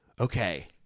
Okay